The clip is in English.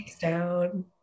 down